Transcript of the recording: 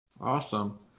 Awesome